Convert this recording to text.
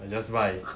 I just buy